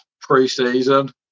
pre-season